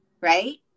right